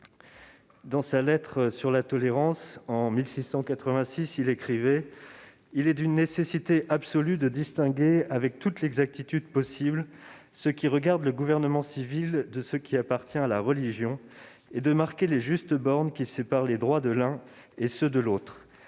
dans sa, en 1686, écrivait :« Il est d'une nécessité absolue de distinguer ici, avec toute l'exactitude possible, ce qui regarde le gouvernement civil, de ce qui appartient à la religion, et de marquer les justes bornes qui séparent les droits de l'un et ceux de l'autre.